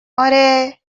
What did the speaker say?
اره